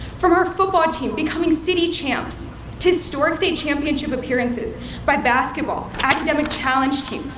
from our football team becoming city champs to historical state championship appearances by basketball, academic challenge team,